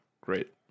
great